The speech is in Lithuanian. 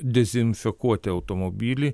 dezinfekuoti automobilį